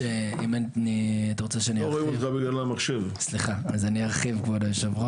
אם אתה רוצה שאני ארחיב אז אני ארחיב.